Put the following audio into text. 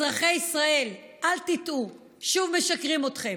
אזרחי ישראל, אל תטעו, שוב משקרים לכם.